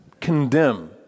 condemn